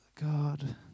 God